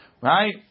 Right